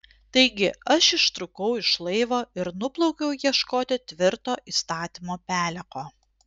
taigi aš ištrūkau iš laivo ir nuplaukiau ieškoti tvirto įstatymo peleko